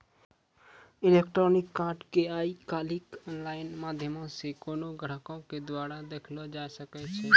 electronic कार्डो के आइ काल्हि आनलाइन माध्यमो से कोनो ग्राहको के द्वारा देखलो जाय सकै छै